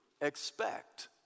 expect